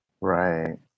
right